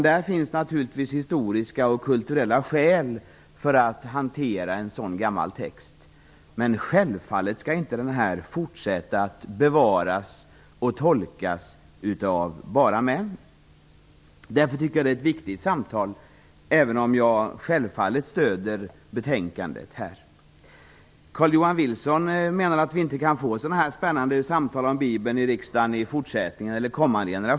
Det finns naturligtvis historiska och kulturella skäl att hantera en så gammal text. Men självfallet skall den inte fortsätta att bevaras och tolkas enbart av män. Därför tycker jag att detta är ett viktigt samtal, även om jag självfallet stöder innehållet i betänkandet. Carl-Johan Wilson menar att kommande generation här i riksdagen inte kan föra sådana här intressanta samtal om Bibeln.